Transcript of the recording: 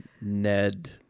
Ned